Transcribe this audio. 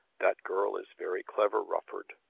that girl is very clever, rufford,